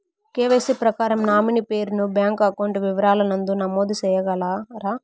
KYC ప్రకారం nominee పేరు ను బ్యాంకు అకౌంట్ వివరాల నందు నమోదు సేయగలరా?